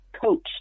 coach